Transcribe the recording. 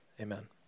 amen